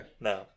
No